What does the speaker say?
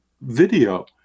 video